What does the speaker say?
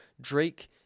Drake